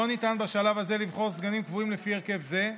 לא ניתן בשלב הזה לבחור סגנים קבועים לפי הרכב זה,